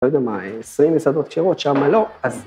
‫אתם יודעים מה, 20 מסעדות כשרות, ‫שמה לא.